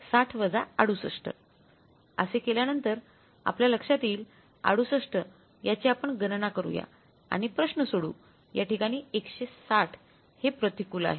60 68 असे केल्यानंतर आपल्या लक्षात येईल 68 याची आपण गणना करूया आणि प्रश्न सोडवू याठिकाणी 160 हे प्रतिकूल आहे